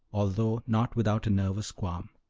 although not without a nervous qualm.